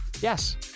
Yes